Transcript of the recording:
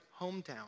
hometown